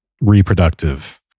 reproductive